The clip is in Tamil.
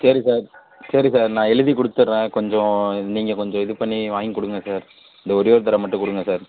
சரி சார் சரி சார் நான் எழுதி கொடுத்துட்றன் கொஞ்சம் நீங்கள் கொஞ்சம் இது பண்ணி வாங்கி கொடுங்க சார் இந்த ஒரே ஒரு தடவை மட்டும் கொடுங்க சார்